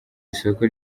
isoko